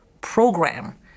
program